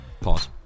Pause